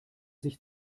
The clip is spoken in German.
sich